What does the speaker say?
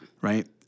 Right